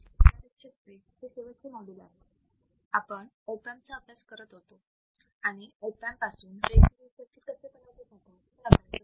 या लेक्चर चे हे शेवटचे मॉड्यूल आहे आपण ऑप एमप चा अभ्यास करत होतो आणि ऑप एमप पासून वेगवेगळे सर्किट कसे बनवले जातात हे बघत होतो